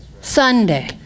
Sunday